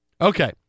Okay